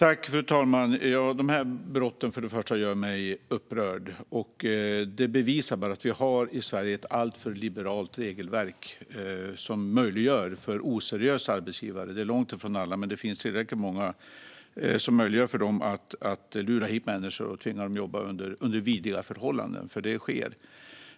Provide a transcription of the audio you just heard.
Fru talman! De här brotten gör mig upprörd. Detta bevisar att vi i Sverige har ett alltför liberalt regelverk, som möjliggör för oseriösa arbetsgivare - det är långt ifrån alla, men det är tillräckligt många - att lura hit människor och tvinga dem att jobba under vidriga förhållanden.